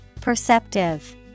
Perceptive